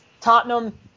Tottenham